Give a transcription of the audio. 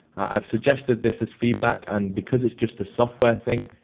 i've suggested this as feedback and because it's just a software thing,